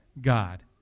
God